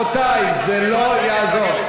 רבותי, זה לא יעזור.